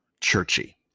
churchy